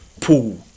pool